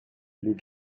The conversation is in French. les